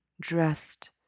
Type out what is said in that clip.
dressed